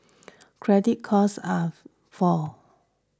credit costs are fall